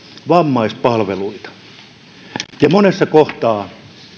vammaispalveluita ja monessa kohtaa